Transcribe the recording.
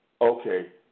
okay